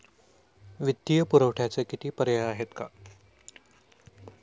वित्तीय पुरवठ्याचे किती पर्याय आहेत का?